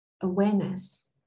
awareness